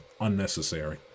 unnecessary